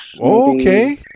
Okay